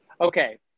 Okay